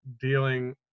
dealing